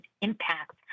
impact